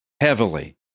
heavily